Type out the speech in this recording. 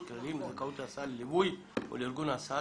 (כללים לזכאות להסעה לליווי ולארגון ההסעה),